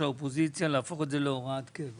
האופוזיציה להפוך את זה להוראת קבע?